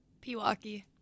Pewaukee